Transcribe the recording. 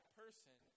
person